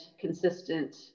consistent